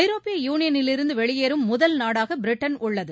ஐரோப்பிய யூனியனிலிருந்து வெளியேறும் முதல் நாடாக பிரிட்டன் உள்ளது